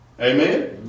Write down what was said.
Amen